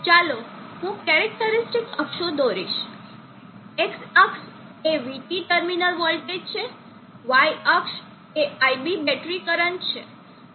ચાલો હું કેરેકટરીસ્ટીક અક્ષો દોરીશ X અક્ષ એ vT ટર્મિનલ વોલ્ટેજ છે Y અક્ષ એ iB બેટરી કરંટ છે